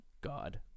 God